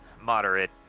Moderate